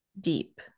deep